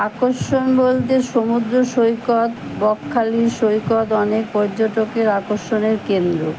আকর্ষণ বলতে সমুদ্র সৈকত বকখালি সৈকত অনেক পর্যটকের আকর্ষণের কেন্দ্র